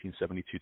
1972